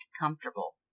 comfortable